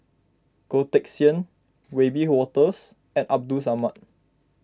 Goh Teck Sian Wiebe Wolters and Abdul Samad